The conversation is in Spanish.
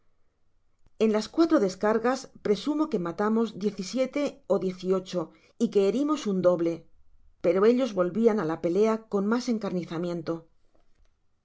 en lag cuatro descargas presumo que matam s diez y siete ó diez y ocho y que herimos un doble pero ellos volvían á la pelea con mas encarnizamiento